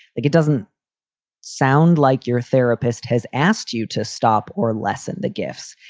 like it doesn't sound like your therapist has asked you to stop or lessen the gifts.